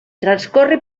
transcorre